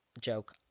joke